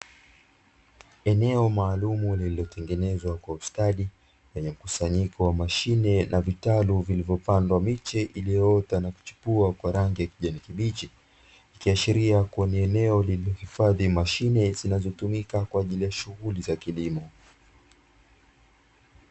Eneo maalumu lililotengenezwa kwa ustadi lenye mkusanyiko wa mashine na vitalu vilivyopandwa miche iliyoota na kuchipua kwa rangi ya kijani kibichi, ikiashiria kuwa ni eneo lililohifadhi mashine zinazotumika kwa ajili ya shughuli za kilimo.